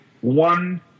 one